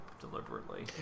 deliberately